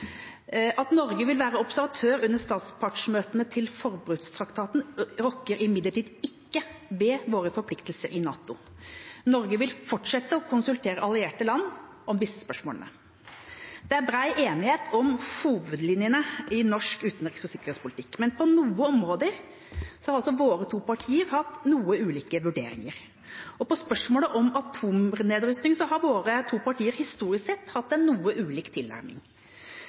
At Norge vil være observatør under statspartsmøtene til forbudstraktaten, rokker imidlertid ikke ved våre forpliktelser i NATO. Norge vil fortsette å konsultere allierte land om disse spørsmålene. Det er bred enighet om hovedlinjene i norsk utenriks- og sikkerhetspolitikk, men på noen områder har altså våre to partier hatt noe ulike vurderinger. På spørsmålet om atomnedrustning har våre to partier historisk sett hatt en noe ulik tilnærming.